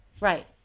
Right